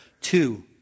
two